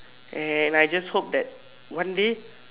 and I just hope that one day